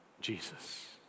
Jesus